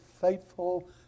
faithful